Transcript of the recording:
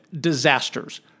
disasters